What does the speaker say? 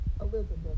Elizabeth